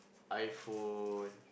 iPhone